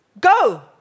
Go